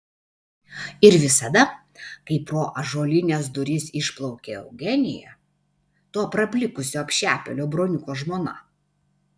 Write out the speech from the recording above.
ir visada kai pro ąžuolines duris išplaukia eugenija to praplikusio apšepėlio broniuko žmona